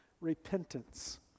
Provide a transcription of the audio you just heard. repentance